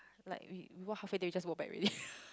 like we we walked half way then we just walked back already